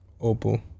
Opal